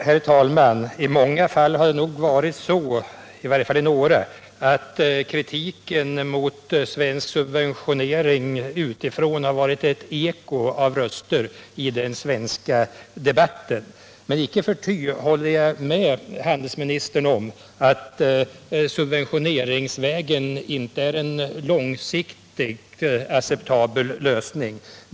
Herr talman! I många fall — eller åtminstone ibland — har det nog varit så att kritiken utifrån mot svensk subventionering har varit ett eko av röster i den svenska debatten. Icke förty håller jag med handelsministern om att subventioneringsvägen inte är någon långsiktigt acceptabel lösning.